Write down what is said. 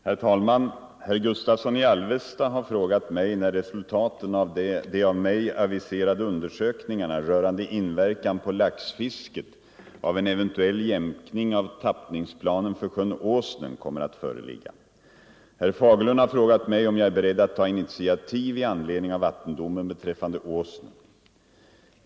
Herr talman! Herr Gustavsson i Alvesta har frågat mig när resultaten av de av mig aviserade undersökningarna rörande inverkan på laxfisket av en eventuell jämkning av tappningsplanen för sjön Åsnen kommer att föreligga. Herr Fagerlund har frågat mig om jag är beredd att ta initiativ i anledning av vattendomen beträffande Åsnen.